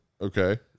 okay